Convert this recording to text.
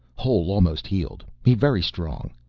hole almost healed. he very strong.